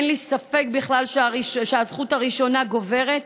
אין לי ספק בכלל שהזכות הראשונה גוברת.